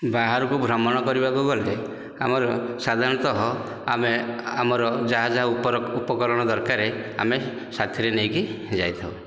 ବାହାରକୁ ଭ୍ରମଣ କରିବାକୁ ଗଲେ ଆମର ସାଧାରଣତଃ ଆମେ ଆମର ଯାହା ଯାହା ଉପର ଉପକରଣ ଦରକାର ଆମେ ସାଥିରେ ନେଇକି ଯାଇଥାଉ